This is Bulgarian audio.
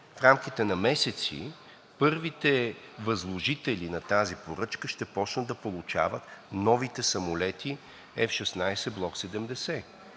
в рамките на месеци първите възложители на тази поръчка ще започнат да получават новите самолети F-16 Block 70,